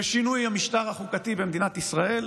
בשינוי המשטר החוקתי במדינת ישראל,